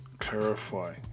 Clarify